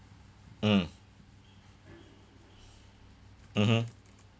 mm mmhmm